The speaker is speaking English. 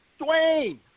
Dwayne